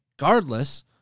regardless